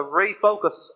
refocus